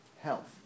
health